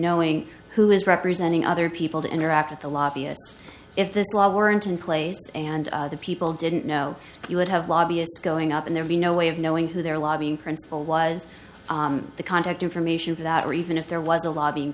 knowing who is representing other people to interact with the lobbyists if this law weren't in place and the people didn't know you would have lobbyists going up and there'd be no way of knowing who their lobbying principle was the contact information for that reason if there was a lobbying